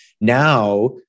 Now